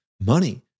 money